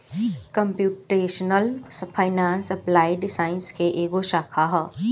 computational finance applied science के एगो शाखा ह